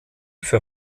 für